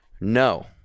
No